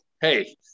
Hey